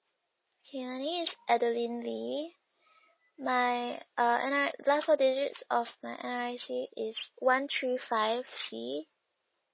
is adeline lee my uh N R last four digits of my N_R_I_C is one three five C